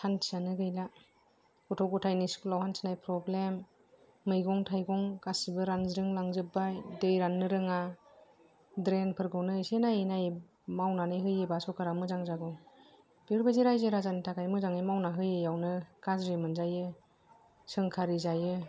सान्तियानो गैला गथ' गथायनि स्कुलाव हान्थिनाय प्रब्लेम मैगं थाइगं गासिबो रानज्रिं लांजोबबाय दै राननो रोङा द्रेनफोरखौनो एसे नायै नायै मावनानै होयोबा सरखारा मोजां जागौ बेफोरबादि राइजो राजानि थाखाय मोजाङै मावना होयैआवनो गाज्रि मोनजायो सोंखारि जायो